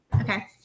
okay